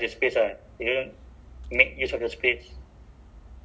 so like the table they they don't know how like half is